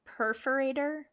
perforator